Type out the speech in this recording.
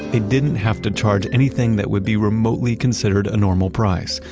they didn't have to charge anything that would be remotely considered a normal price!